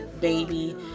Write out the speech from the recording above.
baby